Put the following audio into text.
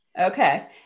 Okay